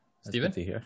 Stephen